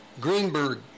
Greenberg